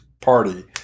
party